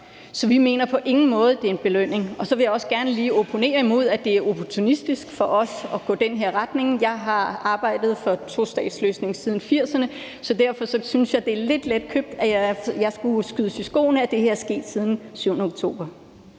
Så vi mener på ingen måde, at det er en belønning. Og så vil jeg også gerne lige opponere mod, at det er opportunistisk for os at gå i den her retning. Jeg har arbejdet for en tostatsløsning siden 1980'erne. Derfor synes jeg, det er lidt letkøbt, at jeg skulle skydes i skoene, at det her er sket siden den 7. oktober.